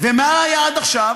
ומה היה עד עכשיו,